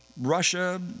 Russia